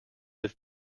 live